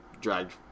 dragged